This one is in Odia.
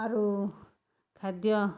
ଆରୁ ଖାଦ୍ୟ